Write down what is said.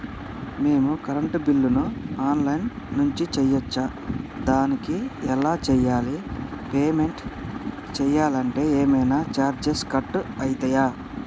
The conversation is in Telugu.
మేము కరెంటు బిల్లును ఆన్ లైన్ నుంచి చేయచ్చా? దానికి ఎలా చేయాలి? పేమెంట్ చేయాలంటే ఏమైనా చార్జెస్ కట్ అయితయా?